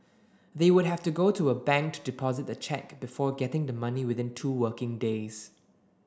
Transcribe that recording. they would have to go to a bank to deposit the cheque before getting the money within two working days